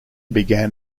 began